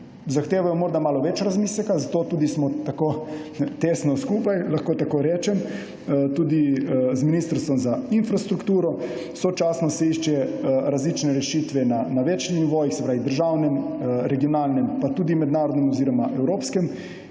zahtevajo morda malo več razmisleka. Zato smo tudi tako tesno skupaj, lahko tako rečem, tudi z Ministrstvom za infrastrukturo. Sočasno se iščejo različne rešitve na več nivojih, državnem, regionalnem pa tudi mednarodnem oziroma evropskem.